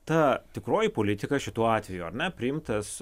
ta tikroji politika šituo atveju ar ne priimtas